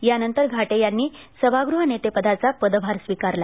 यानंतर घाटे यांनी सभागृह नेते पदाचा पदभार स्वीकारला